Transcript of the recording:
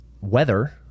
weather